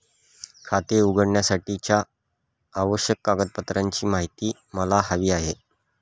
खाते उघडण्यासाठीच्या आवश्यक कागदपत्रांची माहिती मला हवी आहे